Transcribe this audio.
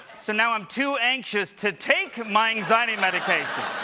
so now i'm too anxious to take my anxiety medication.